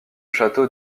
château